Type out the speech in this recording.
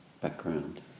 background